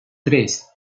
tres